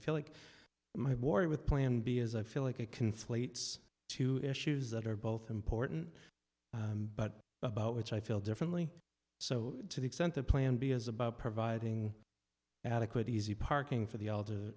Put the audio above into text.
feel like my board with plan b as i feel like it conflates two issues that are both important but about which i feel differently so to the extent that plan b is about providing adequate easy parking for the